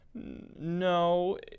No